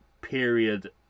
...period